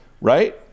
Right